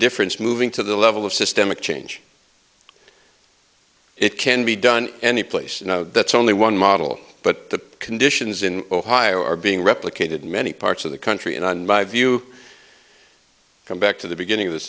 difference moving to the level of systemic change it can be done anyplace and that's only one model but the conditions in ohio are being replicated in many parts of the country and on my view come back to the beginning of this